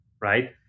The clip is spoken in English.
right